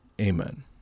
Amen